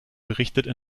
berichtete